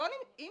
אני